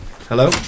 Hello